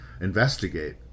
investigate